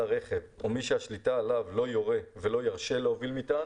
הרכב או מי שהשליטה עליו לא יורה ולא ירשה להוביל מטען..."